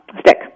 stick